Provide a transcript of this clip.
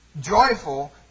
joyful